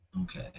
Okay